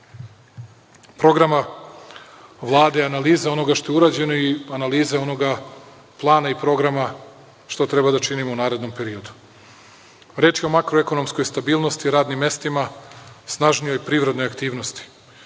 programa Vlade i analize onoga što je urađeno i analize onoga plana i programa što treba da činimo u narednom periodu. Reč je o makroekonomskoj stabilnosti, radnim mestima, snažnijoj privrednoj aktivnosti.